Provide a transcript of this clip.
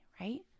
right